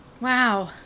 Wow